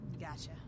Gotcha